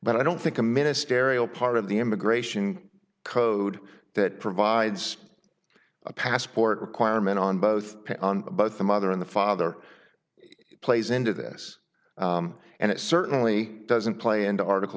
but i don't think a minister ariel part of the immigration code that provides a passport requirement on both the mother and the father plays into this and it certainly doesn't play into article